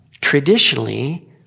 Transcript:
Traditionally